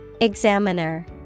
Examiner